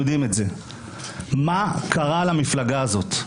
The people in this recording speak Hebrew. מה קרה למפלגה הזאת?